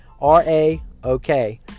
R-A-O-K